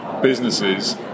businesses